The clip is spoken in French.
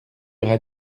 aura